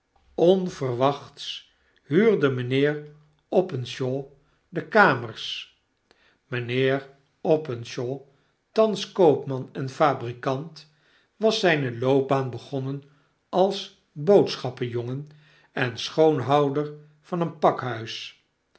onverwacbts huurde mijnheer openshaw de kamers mynheer openshaw thans koopman en fabrikant was zyne loopbaan begonnen als boodschappenjongen en schoonhouder van een pakhuis